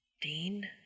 Dean